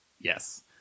Yes